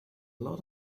lot